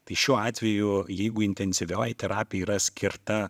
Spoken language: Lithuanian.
tai šiuo atveju jeigu intensyvioji terapija yra skirta